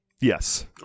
yes